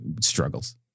struggles